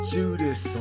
Judas